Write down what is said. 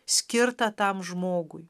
skirtą tam žmogui